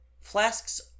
Flask's